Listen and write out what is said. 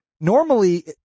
Normally